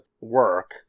work